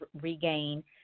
regain